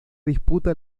disputa